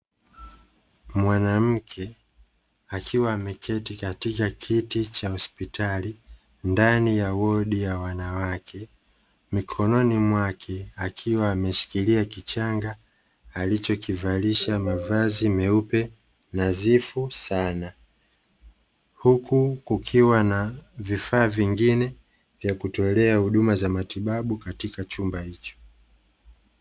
Mwanamke akiwa ameketi katika kiti cha hospitali ndani ya wodi ya wanawake, mikononi mwake akiwa ameshikilia kichanga alichokivalisha mavazi meupe nadhifu sana. Huku kukiwa na vifaa vingine vya kutolea huduma za matibabu katika chumba hicho.